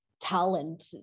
talent